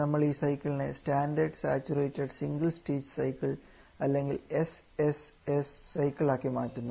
നമ്മൾ ഈ സൈക്കിളിനെ standard saturated single stage cycle അല്ലെങ്കിൽ SSS സൈക്കിൾ ആക്കി മാറ്റുന്നു